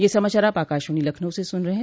ब्रे क यह समाचार आप आकाशवाणी लखनऊ से सून रहे हैं